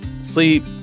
sleep